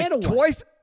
twice